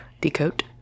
Decode